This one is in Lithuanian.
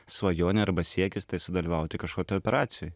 svajonė arba siekis tai sudalyvauti kažko tai operacijoj